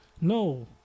No